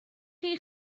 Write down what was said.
chi